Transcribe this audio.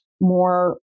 more